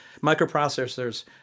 Microprocessors